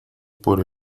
por